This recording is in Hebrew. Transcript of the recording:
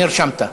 נרשמת.